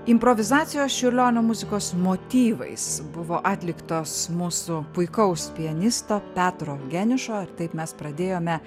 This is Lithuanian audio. improvizacijos čiurlionio muzikos motyvais buvo atliktos mūsų puikaus pianisto petro geniušo taip mes pradėjome